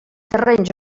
terrenys